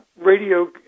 radio